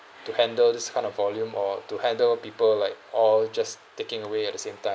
to handle this kind of volume or to handle people like all just taking away at the same time